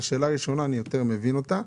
לשאלה הראשונה, אני יותר מבין אותה.